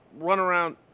runaround